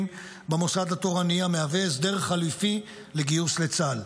במוסד התורני המהווה הסדר חליפי לגיוס לצה"ל.